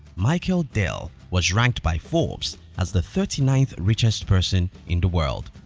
michael dell was ranked by forbes as the thirty ninth richest person in the world.